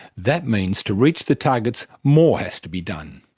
that means to reach the targets, more has to be done,